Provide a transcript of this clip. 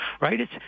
right